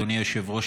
אדוני היושב-ראש,